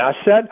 asset